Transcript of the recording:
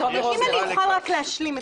תומר רוזנר --- אם אני אוכל רק להשלים.